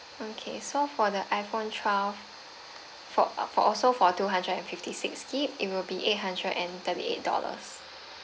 okay so for the iPhone twelve for also for two hundred and fifty sixty gigabyte it will be eight hundred and thirty eight dollars